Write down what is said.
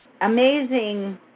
amazing